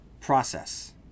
process